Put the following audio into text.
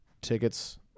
tickets